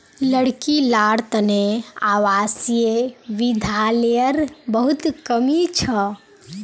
लड़की लार तने आवासीय विद्यालयर बहुत कमी छ